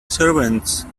servants